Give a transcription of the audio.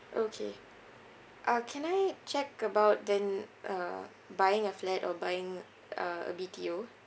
okay uh can I check about then uh buying a flat or buying uh a B_T_O